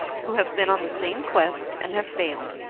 who have been on the same quest, and have failed,